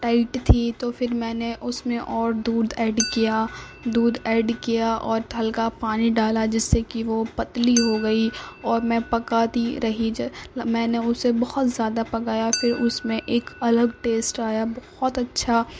tight تھی تو پھر میں نے اس میں اور دودھ ایڈ کیا دودھ ایڈ کیا اور ہلکا پانی ڈالا جس سے کہ وہ پتلی ہو گئی اور میں پکاتی رہی میں نے اسے بہت زیادہ پکایا پھر اس میں ایک الگ ٹیسٹ آیا بہت اچھا